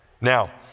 Now